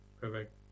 Perfect